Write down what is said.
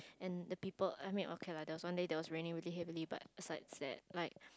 and the people I mean okay lah there was one day that was raining really heavily but aside sad like